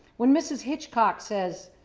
when mrs. hitchcock says,